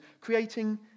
Creating